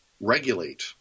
regulate